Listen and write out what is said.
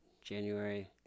January